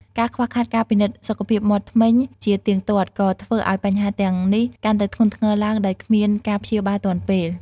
ការខ្វះខាតការពិនិត្យសុខភាពមាត់ធ្មេញជាទៀងទាត់ ក៏ធ្វើឱ្យបញ្ហាទាំងនេះកាន់តែធ្ងន់ធ្ងរឡើងដោយគ្មានការព្យាបាលទាន់ពេល។